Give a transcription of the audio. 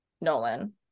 Nolan